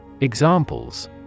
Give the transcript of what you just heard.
Examples